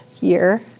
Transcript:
year